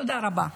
תודה רבה.